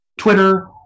twitter